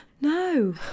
no